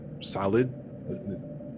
solid